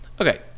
okay